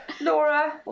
Laura